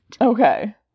okay